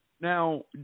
Now